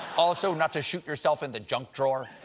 also, not to shoot yourself in the junk drawer?